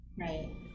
Right